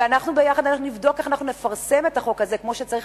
ואנחנו ביחד נבדוק איך נפרסם את החוק הזה כמו שצריך,